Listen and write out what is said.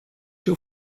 your